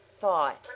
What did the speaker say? thought